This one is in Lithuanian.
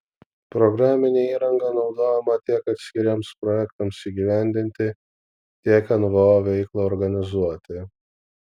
programinė įranga naudojama tiek atskiriems projektams įgyvendinti tiek nvo veiklai organizuoti